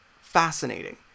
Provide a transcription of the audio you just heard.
fascinating